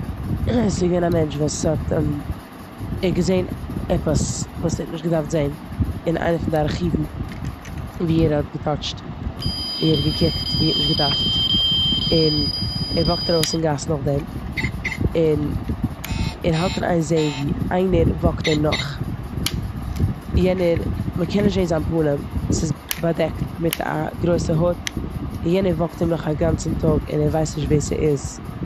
ס'געווען א מענטש וואס האט- ער האט געזען עפעס וואס ער האט נישט געדארפט זען און איינע פון די ארכיוון ווי ער האט געטאטשט, ער האט געקוקט ווי ער האט נישט געדארפט. און וואקט ארויס אין גאס נאכדעם און ער האלט און איין זען ווי איינער וואקט אים נאך. יענער- מ'קען נישט זען זיין פנים, ס'איז באדעקט מיט א גרויסע הוד און יענער וואקט אים נאך א גאנצן טאג און ער ווייסט נישט ווער ס'איז..